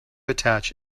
attach